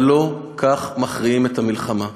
אבל לא כך מכריעים במלחמה,